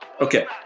Okay